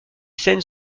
scènes